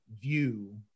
view